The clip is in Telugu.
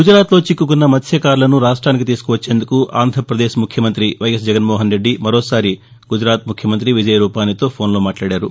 గుజరాత్లో చిక్కుకున్న మత్భకారులను రాష్ట్రానికి తీసుకాచ్చేందుకు ఆంధ్రపదేశ్ ముఖ్యమంత్రి వైఎస్ జగన్మోహన్రెడ్డి మరోసారి గుజరాత్ ముఖ్యమంత్రి విజయ్ రూపానీతో ఫోన్లో మాట్లాడారు